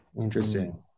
Interesting